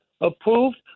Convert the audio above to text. approved